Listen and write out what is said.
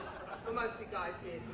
mostly guys